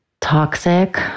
Toxic